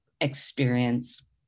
Experience